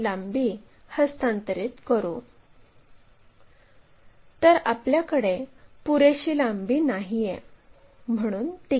slide मध्ये आता आपण लाईनचे ट्रेस ही एक नवीन संकल्पना शिकू